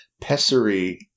Pessary